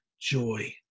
joy